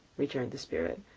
returned the spirit,